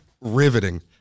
riveting